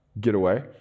getaway